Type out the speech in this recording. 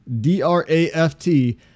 D-R-A-F-T